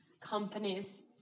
companies